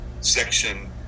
section